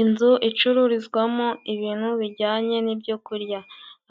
Inzu icururizwamo ibintu bijyanye n'ibyo kurya,